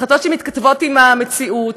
החלטות שמתכתבות עם המציאות,